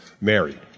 married